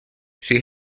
she